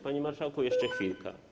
Panie marszałku, jeszcze chwilka.